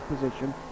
position